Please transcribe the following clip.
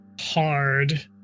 hard